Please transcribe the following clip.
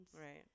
Right